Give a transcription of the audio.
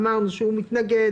אמרנו שהוא מתנגד,